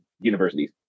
universities